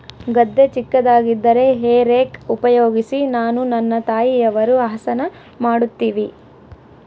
ಗದ್ದೆ ಚಿಕ್ಕದಾಗಿದ್ದರೆ hay rake ಉಪಯೋಗಿಸಿ ನಾನು ನನ್ನ ತಾಯಿಯವರು ಹಸನ ಮಾಡುತ್ತಿವಿ